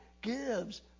gives